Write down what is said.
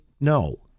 No